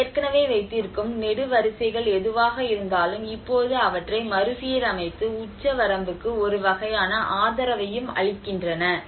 அவை ஏற்கனவே வைத்திருக்கும் நெடுவரிசைகள் எதுவாக இருந்தாலும் இப்போது அவற்றை மறுசீரமைத்து உச்சவரம்புக்கு ஒரு வகையான ஆதரவையும் அளிக்கின்றன